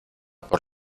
por